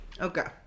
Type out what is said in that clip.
okay